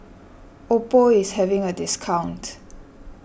Oppo is having a discount